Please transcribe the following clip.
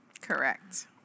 Correct